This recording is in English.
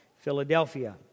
Philadelphia